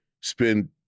spend